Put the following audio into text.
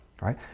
right